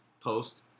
post